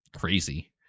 crazy